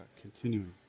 continuing